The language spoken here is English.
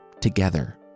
together